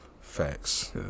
Facts